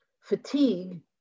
fatigue